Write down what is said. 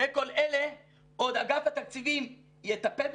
אחרי כל אלה עוד אגף התקציבים יטפל בזה?